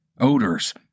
odors